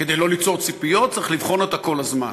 כדי לא ליצור ציפיות, צריך לבחון אותה כל הזמן.